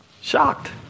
Shocked